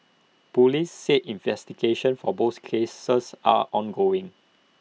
Police said investigations for both cases are ongoing